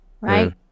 right